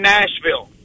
Nashville